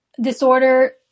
disorder